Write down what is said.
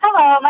Hello